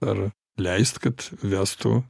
ar leist kad vestų